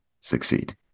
succeed